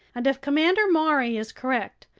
and if commander maury is correct,